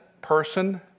person